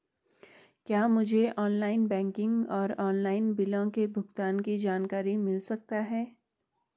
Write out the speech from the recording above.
क्या मुझे online banking और ऑनलाइन बिलों के भुगतान की जानकारी मिल सकता है?